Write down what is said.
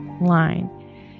line